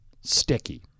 sticky